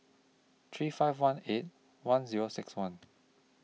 three five one eight one Zero six one